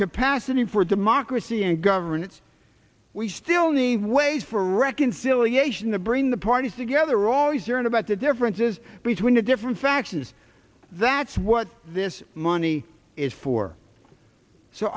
capacity for democracy and governance we still need a way for reconciliation to bring the parties together always hearing about the differences between the different factions that's what this money is for so